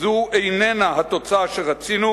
זו איננה התוצאה שרצינו,